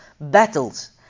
battles